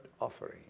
offering